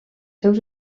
seus